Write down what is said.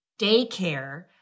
daycare